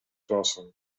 wassen